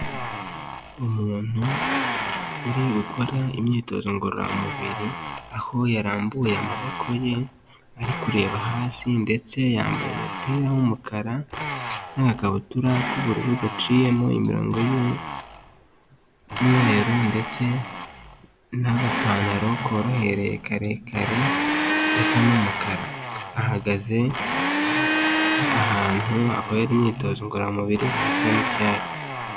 Umuntu uri ukora imyitozo ngororamubiri aho yarambuye amaboko ye ari kureba hasi ndetse yambaye umupira w'umukara n'akabutura k'ubururu gaciyemo inrongo y'umweruru ndetse n'agapantaro korohereye karekare gasa n'umukara, ahagaze ahantu hakorerwa imyitozo ngororamubiri hasa n'icyatsi.